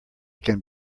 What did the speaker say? can